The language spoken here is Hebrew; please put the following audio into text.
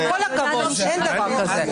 עם כל הכבוד, אין דבר כזה.